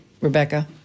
Rebecca